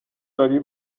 داری